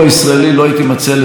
לא הייתי מציע לזלזל בו,